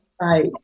Right